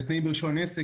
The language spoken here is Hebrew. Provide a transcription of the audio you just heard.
אם זה תנאים ברישיון עסק,